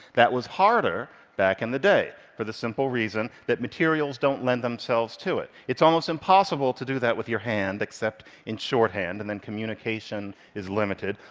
that was harder back in the day for the simple reason that materials don't lend themselves to it. it's almost impossible to do that with your hand except in shorthand, and then communication is limited.